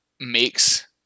makes